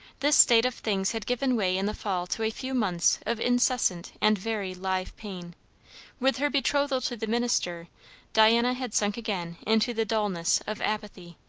this state of things had given way in the fall to a few months of incessant and very live pain with her betrothal to the minister diana had sunk again into the dulness of apathy.